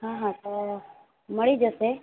હં હં તો મળી જશે